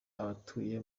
abatuye